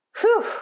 Whew